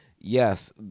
Yes